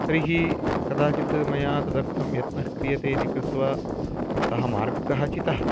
तर्हि कदाचित् मया तदर्थं यत्नः क्रियते इति कृत्वा सः मार्गः चितः